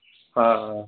ஆ ஆ